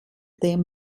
dem